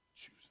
choosing